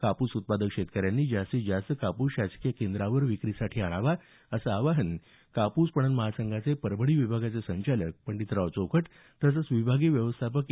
कापूस उत्पादक शेतकऱ्यांनी जास्तीत जास्त कापूस शासकीय खरेदी केंद्रावर विक्रीसाठी आणावा असं आवाहन कापूस पणन महासंघाचे परभणी विभागाचे संचालक पंडितराव चोखट तसंच विभागीय व्यवस्थापक ए